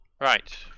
Right